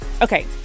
Okay